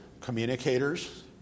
communicators